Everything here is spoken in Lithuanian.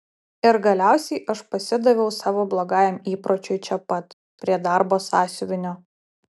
ir galiausiai aš pasidaviau savo blogajam įpročiui čia pat prie darbo sąsiuvinio